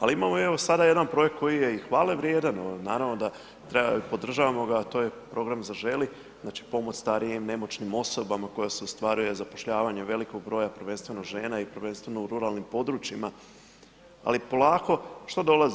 Ali imamo jedan evo, sada jedan projekt koji je i hvale vrijedan, naravno da treba, podržavamo ga a to je program Zaželi, znači pomoć starijim, nemoćnim osobama koje se ostvaruje zapošljavanjem velikog broja, prvenstveno žena i prvenstveno u ruralnim područjima, ali polako, što dolazi?